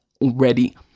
already